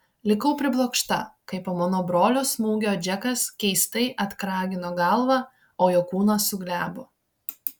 likau priblokšta kai po mano brolio smūgio džekas keistai atkragino galvą o jo kūnas suglebo